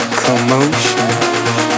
commotion